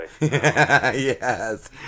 Yes